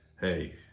hey